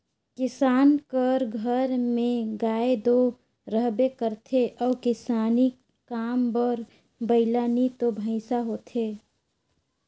किसान कर घर में गाय दो रहबे करथे अउ किसानी काम बर बइला नी तो भंइसा होथे